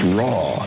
raw